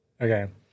Okay